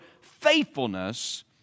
faithfulness